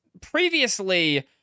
previously